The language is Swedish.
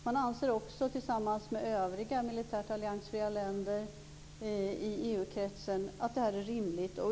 Man anser också, tillsammans med övriga militärt alliansfria länder i EU-kretsen, att detta är rimligt.